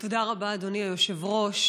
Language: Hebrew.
תודה רבה, אדוני היושב-ראש.